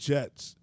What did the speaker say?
Jets